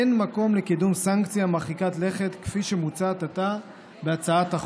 אין מקום לקידום סנקציה מרחיקת לכת כפי שמוצעת עתה בהצעת החוק.